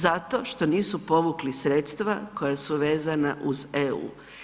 Zato što nisu povukli sredstva koja su vezana uz EU.